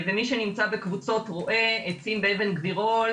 ומי שנמצא בקבוצות רואה עצים באבן גבירול,